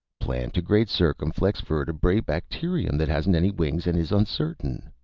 plantigrade circumflex vertebrate bacterium that hasn't any wings and is uncertain.